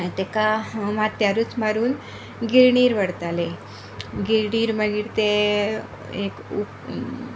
ताका माथ्यारूच मारून गिरणीर व्हरताले गिरणीर मागीर ते एक